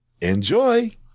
Enjoy